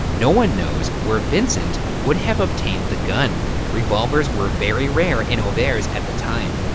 no one knows where vincent would have obtained the gun. revolvers were very rare in auvers at the time,